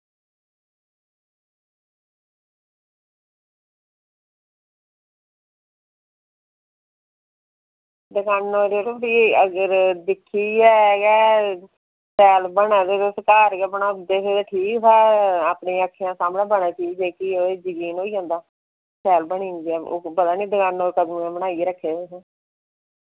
दुकानों उप्पर यरो भी अगर दिक्खियै गै शैल बना दे ते घर गै बनाई ओड़दे ते ठीक हा अपनी अक्खीं दे सामनै बने चीज ते एह् जकीन होई जंदा शैल बनी दी ऐ ते पता निं दुकानें उप्पर कदूं दे बनाइयै रक्खे दे हे